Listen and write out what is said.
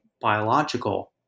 biological